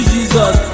Jesus